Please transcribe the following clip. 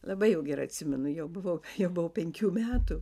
labai jau gerai atsimenu jau buvau jau buvau penkių metų